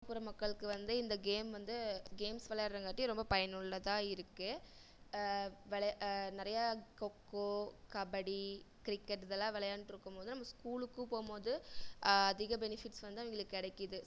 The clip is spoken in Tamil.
கிராமப்புற மக்களுக்கு வந்து இந்த கேம் வந்து கேம்ஸ் விளையாடுறங்காட்டி ரொம்ப பயனுள்ளதாக இருக்குது வௌ நிறையா கொக்கோ கபடி கிரிக்கெட் இதெல்லாம் விளையாண்ட்ருக்கும்போது நம்ம ஸ்கூலுக்கு போகும்போது அதிக பெனிஃபிட்ஸ் வந்து அவங்களுக்கு கிடைக்குது